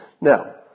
Now